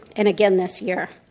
and again this year.